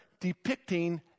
depicting